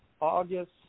August